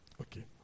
Okay